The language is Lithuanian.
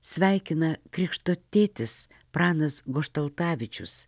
sveikina krikšto tėtis pranas goštaltavičius